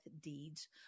deeds